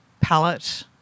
palette